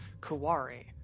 Kawari